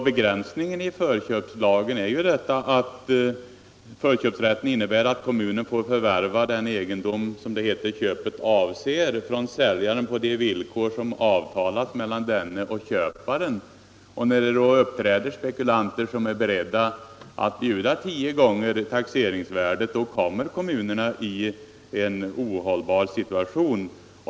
Begränsningen i förköpslagen ligger däri att kommunen får förvärva, som det heter, den egendom som köpet avser på de villkor som avtalats mellan säljaren och köparen. När det då uppträder spekulanter som är beredda att bjuda tio gånger taxeringsvärdet sätts kommunen i en ohållbar situation.